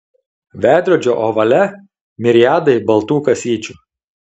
veidrodžio ovale miriadai baltų kasyčių